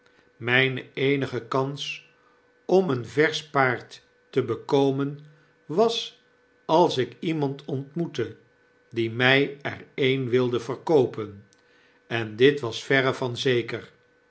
mpe eenige kans om een versch paard te bekomen was als ik iemand ontmoette die mij er een wilde verkoopen en dit was verre van zeker